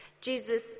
Jesus